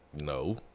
no